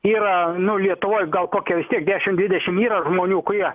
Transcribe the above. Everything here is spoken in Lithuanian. yra nu lietuvoj gal kokio vistiek dešimt dvidešimt yra žmonių kurie